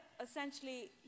essentially